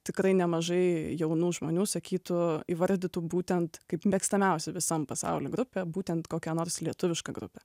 tikrai nemažai jaunų žmonių sakytų įvardytų būtent kaip mėgstamiausią visam pasauly grupę būtent kokią nors lietuvišką grupę